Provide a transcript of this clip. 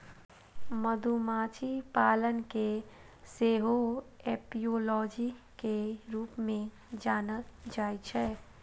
मधुमाछी पालन कें सेहो एपियोलॉजी के रूप मे जानल जाइ छै